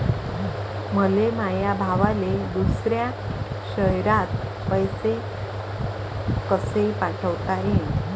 मले माया भावाले दुसऱ्या शयरात पैसे कसे पाठवता येईन?